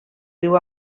riu